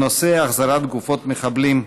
הנושא: החזרת גופות מחבלים.